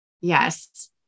Yes